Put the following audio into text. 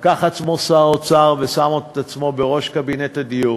לקח על עצמו שר האוצר ושם את עצמו בראש קבינט הדיור